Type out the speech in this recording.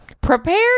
prepare